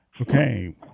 Okay